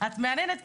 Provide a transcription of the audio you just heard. את מהנהנת,